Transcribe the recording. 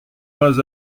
pas